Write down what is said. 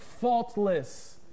faultless